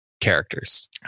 characters